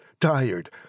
tired